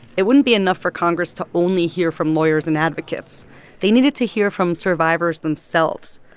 it wouldn't be enough for congress to only hear from lawyers and advocates they needed to hear from survivors themselves.